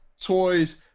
toys